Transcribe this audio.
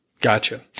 Gotcha